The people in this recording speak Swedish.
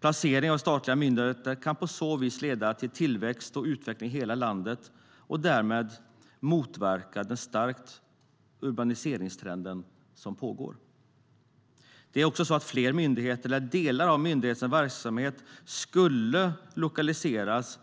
Placering av statliga myndigheter kan på så vis leda till tillväxt och utveckling i hela landet och därmed motverka den starka urbaniseringstrend som pågår. Fler myndigheter, eller delar av myndigheters verksamhet, skulle kunna lokaliseras